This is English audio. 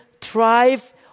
thrive